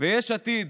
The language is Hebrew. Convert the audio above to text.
יש עתיד,